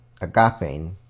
agape